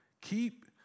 Keep